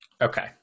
Okay